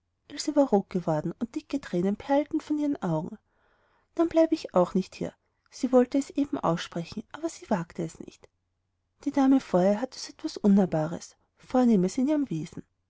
rot geworden und dicke thränen perlten in ihren augen dann bleibe ich auch nicht hier sie wollte es eben aussprechen aber sie wagte es nicht die dame vor ihr hatte so etwas unnahbares vornehmes in ihrem wesen